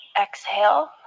exhale